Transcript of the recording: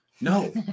No